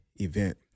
event